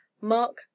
mark